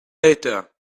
later